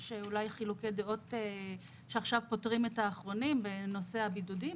יש אולי חילוקי דעות שעכשיו פותרים את האחרונים שבהם בנושא הבידודים,